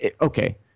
Okay